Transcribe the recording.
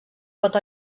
pot